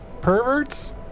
perverts